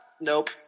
nope